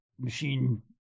machine